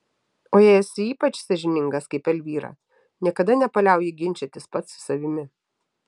o jei esi ypač sąžiningas kaip elvyra niekada nepaliauji ginčytis pats su savimi